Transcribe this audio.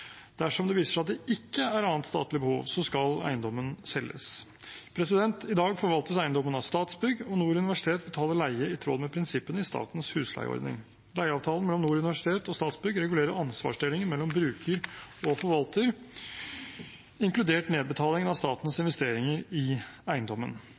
Dersom det viser seg at det ikke er annet statlig behov, skal eiendommen selges. I dag forvaltes eiendommen av Statsbygg, og Nord universitet betaler leie i tråd med prinsippene i statens husleieordning. Leieavtalen mellom Nord universitet og Statsbygg regulerer ansvarsdelingen mellom bruker og forvalter, inkludert nedbetaling av statens investeringer i eiendommen.